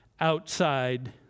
outside